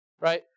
right